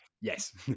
yes